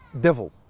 devil